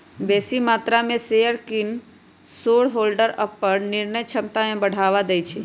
बेशी मत्रा में शेयर किन कऽ शेरहोल्डर अप्पन निर्णय क्षमता में बढ़ा देइ छै